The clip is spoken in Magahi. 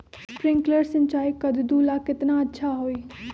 स्प्रिंकलर सिंचाई कददु ला केतना अच्छा होई?